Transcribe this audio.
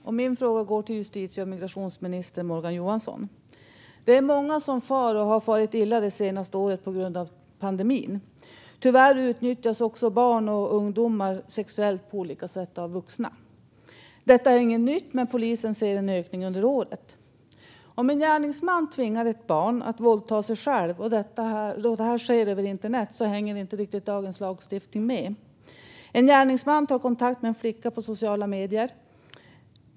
Fru talman! Jag ställer min fråga till justitie och migrationsminister Morgan Johansson. Många har farit illa det senaste året på grund av pandemin. Tyvärr utnyttjas också barn och ungdomar sexuellt på olika sätt av vuxna. Det är inget nytt, men polisen har sett en ökning under året. Om en gärningsman tvingar ett barn att våldta sig självt, och det sker över internet, hänger dagens lagstiftning inte riktigt med. En gärningsman tar kontakt med en flicka på sociala medier.